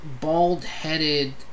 bald-headed